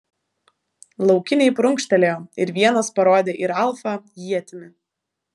laukiniai prunkštelėjo ir vienas parodė į ralfą ietimi